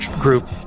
group